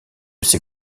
ces